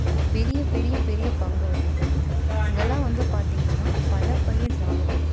ஒரு பெரிய பெரிய பெரிய பங்கு வகிக்கும் இங்கேல்லாம் வந்து பார்த்தீங்கன்னா பல பயிர் சாகுபடி